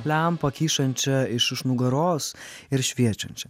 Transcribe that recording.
lempą kyšančią iš iš nugaros ir šviečiančią